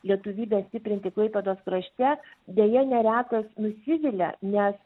lietuvybę stiprinti klaipėdos krašte deja neretas nusivilia nes